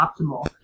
optimal